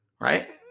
right